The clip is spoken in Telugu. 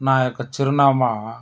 నా యొక్క చిరునామా